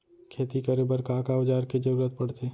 खेती करे बर का का औज़ार के जरूरत पढ़थे?